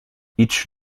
each